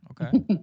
Okay